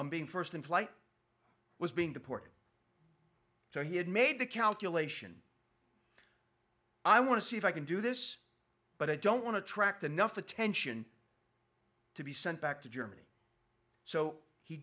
on being first in flight was being deported so he had made the calculation i want to see if i can do this but i don't want to attract the nuff attention to be sent back to germany so he